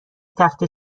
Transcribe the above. تخته